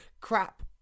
crap